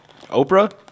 Oprah